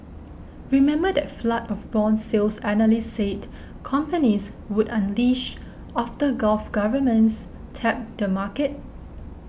remember that flood of bond sales analysts said companies would unleash after Gulf governments tapped the market